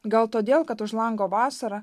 gal todėl kad už lango vasara